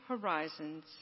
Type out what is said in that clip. horizons